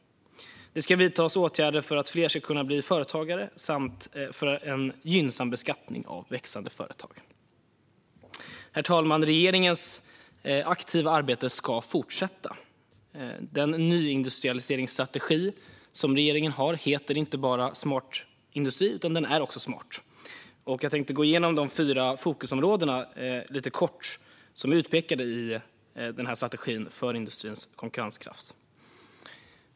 Det ska vidtas åtgärder för att fler ska kunna bli företagare och för en gynnsam beskattning av växande företag. Herr talman! Regeringens aktiva arbete ska fortsätta. Regeringens nyindustrialiseringsstrategi heter inte bara Smart industri - den är också smart. Jag tänkte lite kort gå igenom de fyra fokusområdena som pekas ut i strategin för industrins konkurrenskraft.